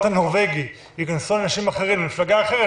הנורווגי ייכנסו אנשים אחרים ממפלגה אחרת,